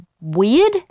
weird